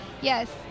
yes